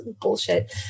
Bullshit